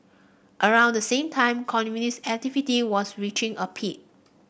around the same time communist activity was reaching a peak